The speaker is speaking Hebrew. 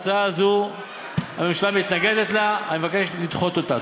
הצעה זו הממשלה מתנגדת לה ואני מבקש לדחות אותה.